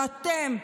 ואתם,